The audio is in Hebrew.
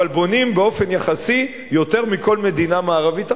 אבל בונים באופן יחסי יותר מכל מדינה מערבית אחרת,